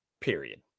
period